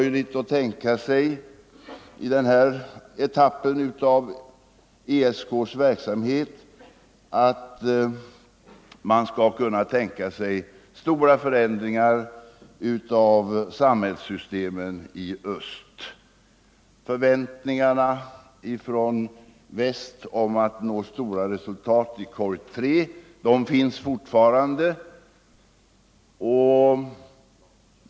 säkerhetsoch omöjligt i den här etappen av ESK:s verksamhet tänka sig stora för — nedrustningsfrågorändringar av samhällssystemen i öst. Förväntningarna från väst om att — na nå stora resultat i korg 3 finns fortfarande.